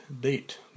date